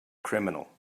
criminal